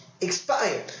expired